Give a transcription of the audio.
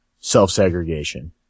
self-segregation